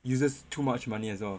uses too much money as well